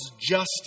justice